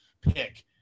pick